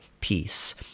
peace